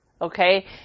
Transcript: Okay